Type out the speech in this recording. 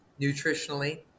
nutritionally